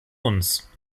uns